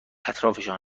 اطرافشان